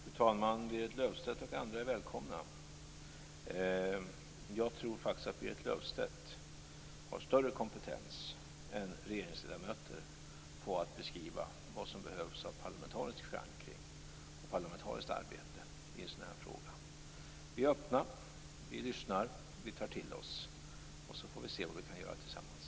Fru talman! Berit Löfstedt och andra är välkomna. Jag tror faktiskt att Berit Löfstedt har större kompetens än regeringsledamöter att beskriva vad som behövs av parlamentarisk förankring och parlamentariskt arbete i en sådan här fråga. Vi är öppna, vi lyssnar, vi tar till oss, och sedan får vi se vad vi kan göra tillsammans.